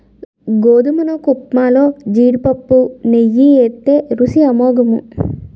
గోధుమ నూకఉప్మాలో జీడిపప్పు నెయ్యి ఏత్తే రుసి అమోఘము